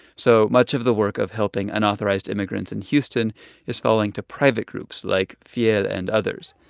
so much of the work of helping unauthorized immigrants in houston is falling to private groups, like fiel and others